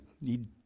need